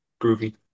groovy